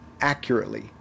accurately